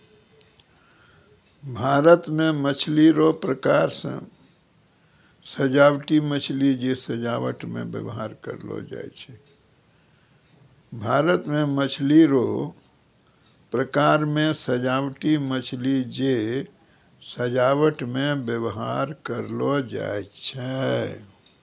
भारत मे मछली रो प्रकार मे सजाबटी मछली जे सजाबट मे व्यवहार करलो जाय छै